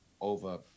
over